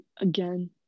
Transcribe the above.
again